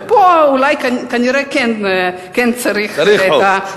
ופה אולי כנראה כן צריך, צריך חוק.